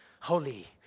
Holy